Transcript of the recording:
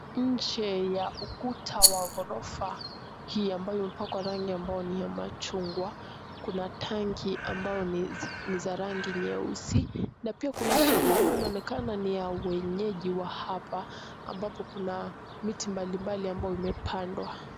Nje ya ukuta wa ghorofa ya mbao ambayo imepakwa rangi ambayo ni ya machungwa kuna tangi ambao ni za rangi nyeusi na pia kuna shamba ambao inaonekana ni ya waenyeji wa hapa ambapo kuna miti mbalimbali ambayo imepandwa.